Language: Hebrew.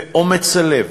ואומץ הלב,